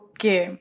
Okay